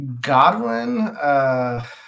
Godwin